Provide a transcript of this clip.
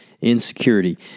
Insecurity